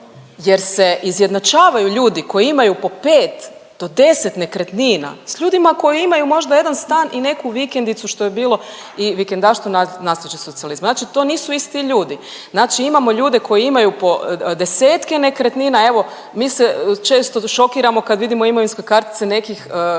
jer se izjednačavaju ljudi koji imaju po pet do deset nekretnina sa ljudima koji imaju možda jedan stan i neku vikendicu što je bilo i vikendaštvu naslijeđe socijalizma. Znači to nisu isti ljudi. Znači imamo ljude koji imaju po desetke nekretnina. Evo mi se često šokiramo kad vidimo imovinske kartice nekih